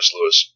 Lewis